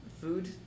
food